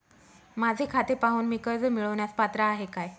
माझे खाते पाहून मी कर्ज मिळवण्यास पात्र आहे काय?